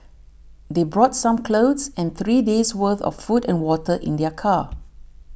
they brought some clothes and three days worth of food and water in their car